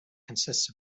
consists